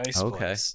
Okay